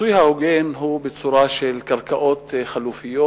והפיצוי ההוגן הוא בצורה של קרקעות חלופיות,